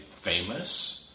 famous